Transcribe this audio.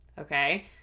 Okay